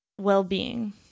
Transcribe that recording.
well-being